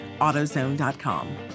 AutoZone.com